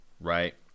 right